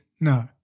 No